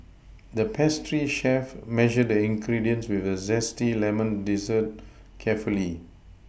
the pastry chef measured the ingredients for a zesty lemon dessert carefully